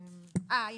בסדר.